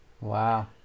Wow